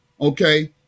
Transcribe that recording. okay